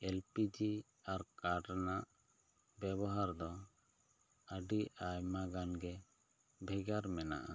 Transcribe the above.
LPG ᱟᱨ car ᱨᱮᱱᱟᱜ ᱵᱮᱵᱚᱦᱟᱨ ᱫᱚ ᱟᱹᱰᱤ ᱟᱭᱢᱟ ᱜᱟᱱ ᱜᱮ ᱵᱷᱮᱜᱟᱨ ᱢᱮᱱᱟᱜᱼᱟ